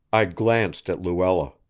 i glanced at luella.